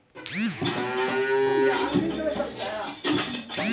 भारत मे एखनी अर्थव्यवस्था ठीक चली रहलो छै